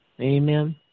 Amen